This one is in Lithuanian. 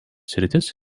sritis